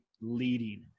leading